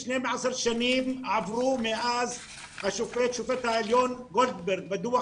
12 שנים עברו מאז ששופט העליון גולדברג בדוח